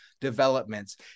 developments